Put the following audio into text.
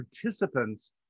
participants